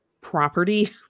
property